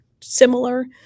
similar